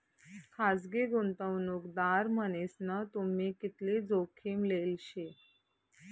खासगी गुंतवणूकदार मन्हीसन तुम्ही कितली जोखीम लेल शे